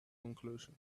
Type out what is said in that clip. conclusion